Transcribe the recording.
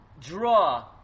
draw